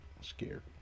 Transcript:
Scared